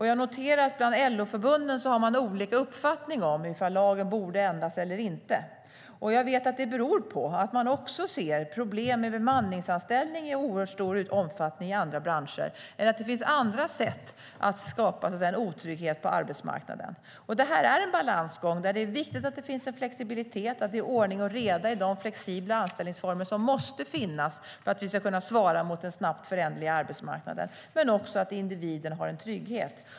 Jag noterar att LO-förbunden har olika uppfattning om ifall lagen borde ändras eller inte, och jag vet att det beror på att man också ser problem med bemanningsanställningar i en oerhört stor omfattning i andra branscher eller att det finns andra sätt att skapa en otrygghet på arbetsmarknaden. Det här är en balansgång där det är viktigt att det finns en flexibilitet, att det är ordning och reda i de flexibla anställningsformer som måste finnas för att vi ska kunna svara mot den snabbt föränderliga arbetsmarknaden, men också att individen har en trygghet.